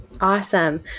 awesome